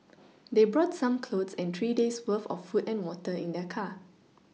they brought some clothes and three days' worth of food and water in their car